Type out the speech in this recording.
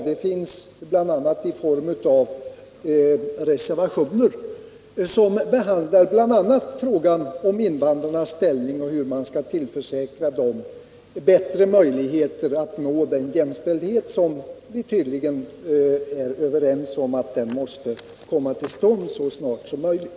De fanns bl.a. i form av reservationer, som t.ex. tog upp frågan om invandrarnas ställning och hur man skulle tillförsäkra dem bättre möjligheter att nå den jämställdhet som vi tydligen är överens om måste komma till stånd så snart som möjligt.